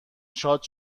شاد